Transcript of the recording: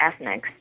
ethnics